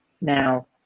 Now